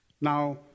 Now